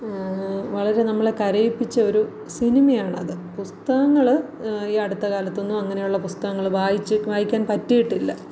വളരെ നമ്മളെ കരയിപ്പിച്ച ഒരു സിനിമയാണത് പുസ്തകങ്ങൾ ഈ അടുത്ത കാലത്തൊന്നും അങ്ങനെയുള്ള പുസ്തകങ്ങൾ വായിച്ച് വായിക്കാൻ പറ്റീട്ടില്ല